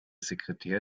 sekretär